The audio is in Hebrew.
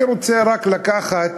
אני רוצה רק לקחת